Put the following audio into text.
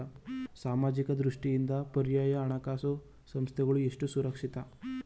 ಸಾಮಾಜಿಕ ದೃಷ್ಟಿಯಿಂದ ಪರ್ಯಾಯ ಹಣಕಾಸು ಸಂಸ್ಥೆಗಳು ಎಷ್ಟು ಸುರಕ್ಷಿತ?